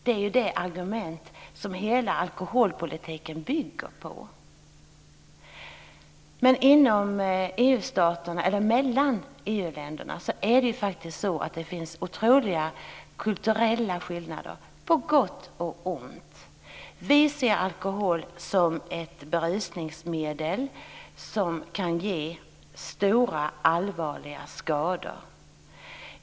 Det är det argument som hela alkoholpolitiken bygger på. Men det är faktiskt så att det finns otroliga kulturella skillnader mellan EU-länderna - på gott och ont. Vi ser alkohol som ett berusningsmedel som kan ge stora, allvarliga skador.